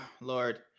Lord